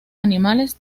animales